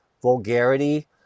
vulgarity